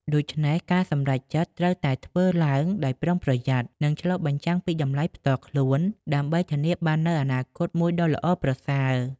ដូច្នេះ ការសម្រេចចិត្តត្រូវតែធ្វើឡើងដោយប្រុងប្រយ័ត្ន និងឆ្លុះបញ្ចាំងពីតម្លៃផ្ទាល់ខ្លួន ដើម្បីធានាបាននូវអនាគតមួយដ៏ល្អប្រសើរ។